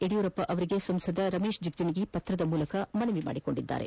ಯಡಿಯೊರಪ್ಪ ಅವರಿಗೆ ಸಂಸದ ರಮೇಶ್ ಜಿಗಜಿಣಗಿ ಪತ್ರದ ಮೂಲಕ ಮನವಿ ಮಾಡಿದ್ದಾರೆ